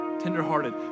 tenderhearted